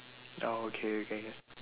oh okay okay okay